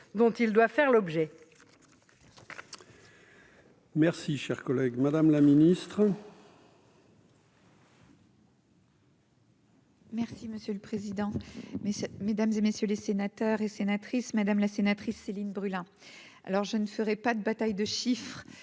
dont il doit faire l'objet. Merci, cher collègue, Madame la Ministre. Merci monsieur le président, mais c'est mesdames et messieurs les sénateurs et sénatrices madame la sénatrice Céline Brulin, alors je ne ferai pas de bataille de chiffres,